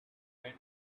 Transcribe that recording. when